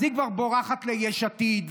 אז היא כבר בורחת ליש עתיד,